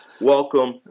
Welcome